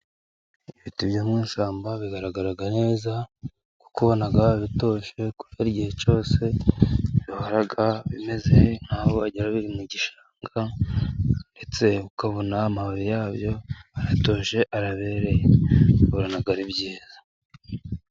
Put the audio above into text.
Ibiti byo mu ishyamba bigaragara neza kuko ubona bitoshye, kuko igihe cyose bihora bimeze nk'aho biri mu gishanga, ndetse ukabona amababi yabyo aratoshye arabereye bihora ari byiza.